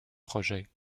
projets